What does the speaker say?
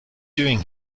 doing